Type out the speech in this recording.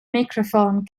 meicroffon